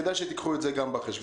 כדאי שתיקחו את זה גם בחשבון.